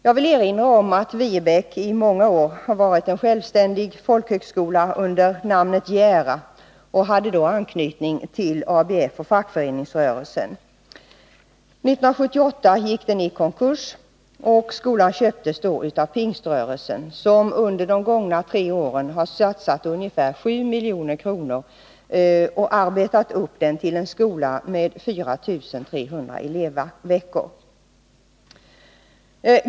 Jag vill erinra om att Viebäck i många år har varit en självständig folkhögskola under namnet Jära, som då hade anknytning till ABF och fackföreningsrörelsen. 1978 gick skolan i konkurs, och den köptes då av Pingströrelsen, som under de gångna tre åren har satsat ungefär 7 milj.kr. och arbetat upp den till en skola med 4 300 elevveckor.